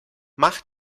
mach